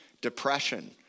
Depression